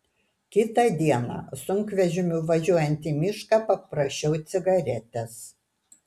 kitą dieną sunkvežimiu važiuojant į mišką paprašiau cigaretės